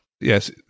Yes